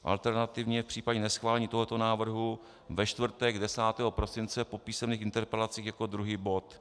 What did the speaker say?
Alternativně v případě neschválení tohoto návrhu ve čtvrtek 10. prosince po písemných interpelacích jako druhý bod.